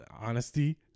honesty